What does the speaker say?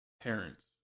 parents